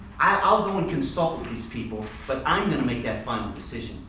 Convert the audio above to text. i'll go and consult with these people but i'm going to make that final decision.